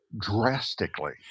drastically